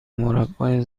مربای